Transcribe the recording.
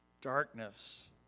darkness